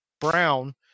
Brown